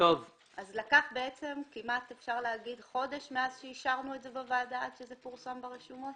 לקח כמעט חודש מאז שאישרנו בוועדה עד שזה פורסם ברשומות?